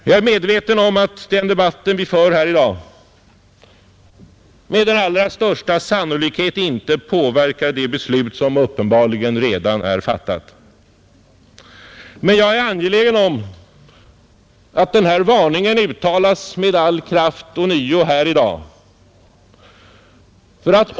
Jag är medveten om att den debatt vi nu för med allra största sannolikhet inte påverkar det beslut som uppenbarligen redan är fattat, men jag är angelägen om att denna varning ånyo uttalas med all kraft i dag.